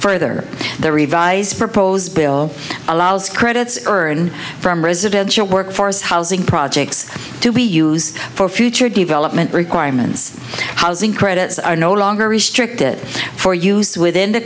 further the revised proposed bill allows credits earn from residential work force housing projects to be used for future development requirements housing credits are no longer restricted for use within the